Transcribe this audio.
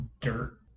dirt